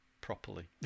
properly